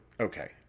Okay